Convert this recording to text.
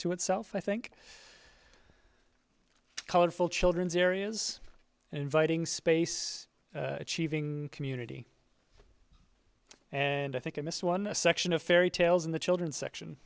to itself i think colorful children's areas inviting space achieving community and i think in this one a section of fairy tales in the children's section